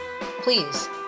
Please